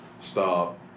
stop